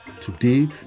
Today